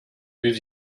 yüz